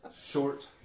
Short